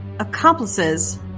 Accomplices